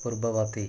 ପୂର୍ବବର୍ତ୍ତୀ